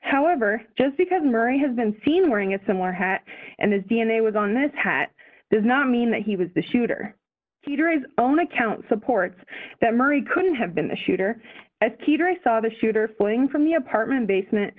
however just because marie has been seen wearing a similar hat and his d n a was on this hat does not mean that he was the shooter jeter is own account supports that murray couldn't have been the shooter as teetery saw the shooter fleeing from the apartment basement